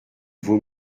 vaut